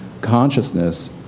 consciousness